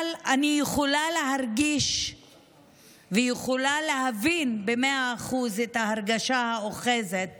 אבל אני יכולה להרגיש ויכולה להבין במאה אחוזים את ההרגשה האוחזת